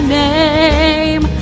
name